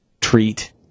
treat